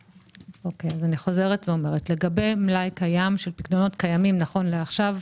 אני חוזרת - לגבי מלאי קיים של פיקדונות קיימים נכון לעכשיו,